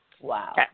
Wow